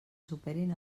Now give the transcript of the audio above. superin